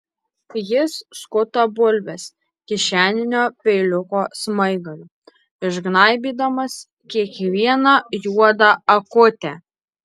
jis skuta bulves kišeninio peiliuko smaigaliu išgnaibydamas kiekvieną juodą akutę